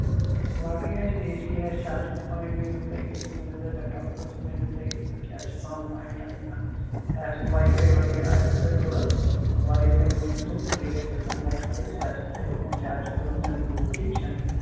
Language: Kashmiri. باقٕے آسہِ اے سی آسہِ چارجِنٛگ پوٚیِنٛٹ میلوٕ تۄہہِ اے سی میلوٕ لیپ ٹاپ خٲطرٕ میلوٕ تۄہہِ کیٛاہ چھِس اَتھ وَنان پوٚیِنٛٹ اَن یہِ آن تۄہہِ آسوٕ وائی فائی وغیرہ آسوٕ تۄہہِ ضرَوٗرت وائی فائی میلوٕ تۄہہِ فرٛی ایٚکسس میلہِ وائی فائی سُہ آسوٕ تۄہہِ أتھۍ منٛز چارجِزن منٛز اِنکٔلوٗڈ ٹھیٖک چھا